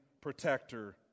protector